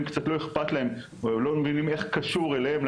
קצת לא אכפת להם ולא מבינים איך זה קשור אליהם,